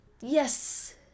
Yes